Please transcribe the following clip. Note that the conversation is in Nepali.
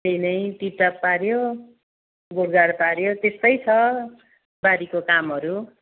त्यही नै टिपटाप पाऱ्यो गोडगाड पाऱ्यो त्यस्तै छ बारीको कामहरू